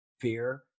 fear